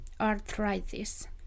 arthritis